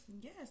Yes